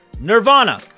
Nirvana